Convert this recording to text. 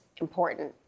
important